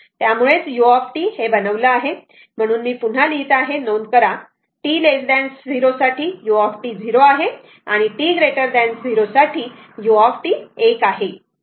त्यामुळेच u हे बनवलं आहे म्हणून पुन्हा मी पुन्हा लिहीत आहे नोंद करा t 0 साठी u 0 आहे आणि t 0 साठी u1 आहे